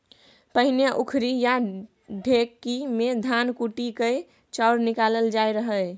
पहिने उखरि या ढेकी मे धान कुटि कए चाउर निकालल जाइ रहय